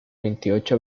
veintiocho